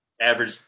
average